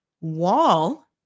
wall